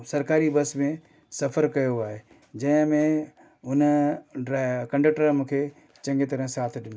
सरकारी बस में सफ़र कयो आहे जंहिं में हुन ड्राइ कंडक्टर मूंखे चङी तरह साथ ॾिनो